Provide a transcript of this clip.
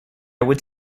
would